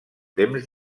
temps